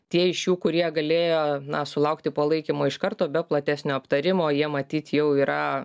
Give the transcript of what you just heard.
tie iš jų kurie galėjo na sulaukti palaikymo iš karto be platesnio aptarimo jie matyt jau yra